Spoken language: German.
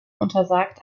untersagt